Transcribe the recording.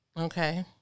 Okay